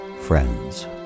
friends